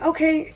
Okay